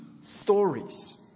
stories